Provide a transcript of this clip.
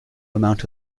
amount